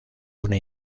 una